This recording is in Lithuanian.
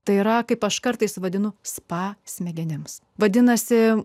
tai yra kaip aš kartais vadinu spa smegenims vadinasi